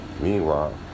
Meanwhile